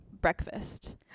breakfast